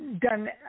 done